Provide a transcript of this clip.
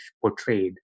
portrayed